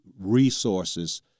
resources